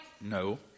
No